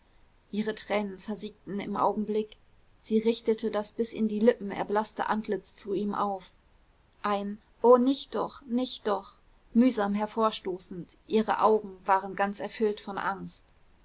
ihre tränen versiegten im augenblick sie richtete das bis in die lippen erblaßte antlitz zu ihm auf ein o nicht doch nicht doch mühsam hervorstoßend ihre augen waren ganz erfüllt von angst